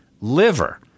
liver